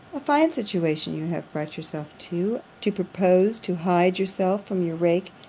a fine situation you have brought yourself to, to propose to hide yourself from your rake,